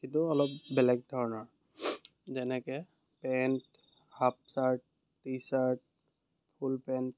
কিন্তু অলপ বেলেগ ধৰণৰ যেনেকে pant half shirt T shirt full pant